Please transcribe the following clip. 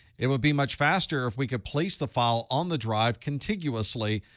it would be much faster if we could place the file on the drive contiguously,